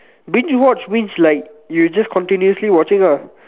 binge watch means like you're just continuously watching lah